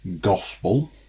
gospel